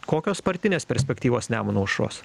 kokios partinės perspektyvos nemuno aušros